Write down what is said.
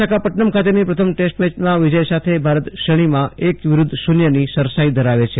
વિશાખાપદનમ ખાતેની પ્રથમ ટેસ્ટ મેયમાં વિજય સાથે ભારત શ્રેણીમાં એક વિરૂધ્ધ શુન્યની સરસાઈ ધરાવે છે